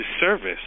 service